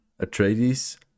Atreides